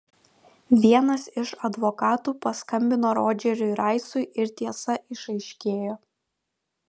vienas iš advokatų paskambino rodžeriui raisui ir tiesa išaiškėjo